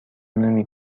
نمی